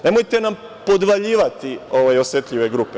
Nemojte nam podvaljivati osetljive grupe.